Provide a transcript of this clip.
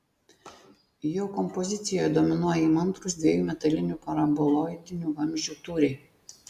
jo kompozicijoje dominuoja įmantrūs dviejų metalinių paraboloidinių vamzdžių tūriai